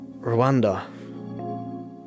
Rwanda